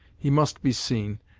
he must be seen,